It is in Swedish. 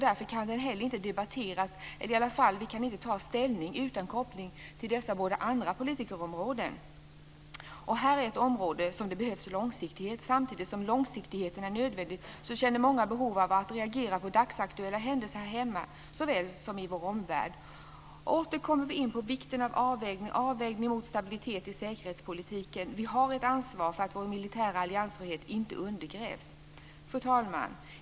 Därför kan vi inte ta ställning utan koppling till dessa båda andra politikområden. Det här är ett område där det behövs långsiktighet. Samtidigt som långsiktigheten är nödvändig känner många behov av att reagera på dagsaktuella händelser här hemma såväl som i vår omvärld. Åter kommer vi in på vikten av avvägning mot stabiliteten i säkerhetspolitiken. Vi har ett ansvar för att vår militära alliansfrihet inte undergrävs. Fru talman!